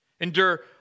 Endure